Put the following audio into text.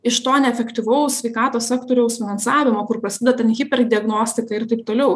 iš to neefektyvaus sveikatos sektoriaus finansavimo kur prasideda ten hiper diagnostika ir taip toliau